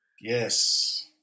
Yes